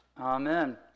Amen